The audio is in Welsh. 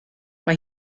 mae